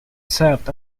served